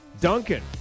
Duncan